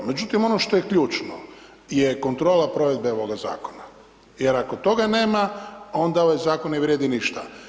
Međutim, ono što je ključno, je kontrola provedbe ovoga zakona, jer ako toga nema, onda ovaj zakon ne vrijedi ništa.